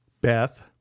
Beth